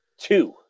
two